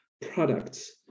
products